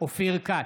אופיר כץ,